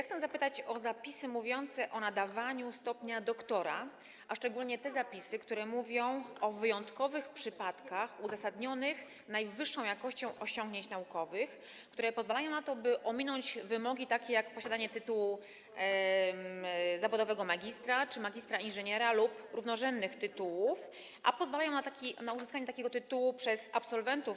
Chcę zapytać o zapisy mówiące o nadawaniu stopnia doktora, a szczególnie o te zapisy, które mówią o wyjątkowych przypadkach uzasadnionych najwyższą jakością osiągnięć naukowych, które pozwalają na to, by ominąć wymogi, takie jak posiadanie tytułu zawodowego magistra czy magistra inżyniera lub równorzędnych tytułów, i pozwalają na uzyskanie takiego tytułu przez absolwentów